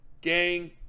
Gang